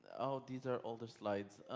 these are older slides.